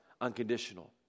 unconditional